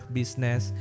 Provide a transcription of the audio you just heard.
business